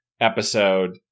episode